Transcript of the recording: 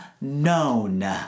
known